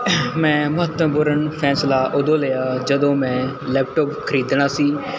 ਮੈਂ ਮਹੱਤਵਪੂਰਨ ਫੈਸਲਾ ਉਦੋਂ ਲਿਆ ਜਦੋਂ ਮੈਂ ਲੈਪਟੋਪ ਖਰੀਦਣਾ ਸੀ